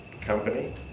company